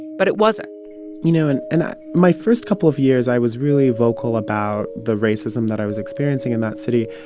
but it wasn't you know, and in ah my first couple of years, i was really vocal about the racism that i was experiencing in that city.